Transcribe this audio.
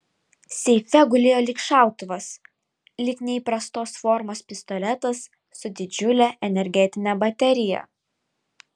seife gulėjo lyg šautuvas lyg neįprastos formos pistoletas su didžiule energetine baterija